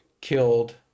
killed